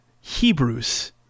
Hebrews